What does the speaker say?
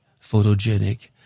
photogenic